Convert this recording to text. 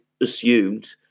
assumed